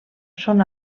són